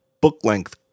book-length